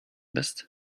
bist